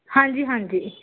ਹਾਂਜੀ ਹਾਂਜੀ